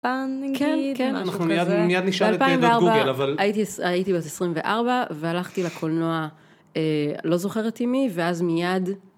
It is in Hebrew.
כן, כן, אנחנו מיד נשאל את דעת גוגל, ב2004 הייתי בת 24 והלכתי לקולנוע, לא זוכרתי מי, ואז מיד.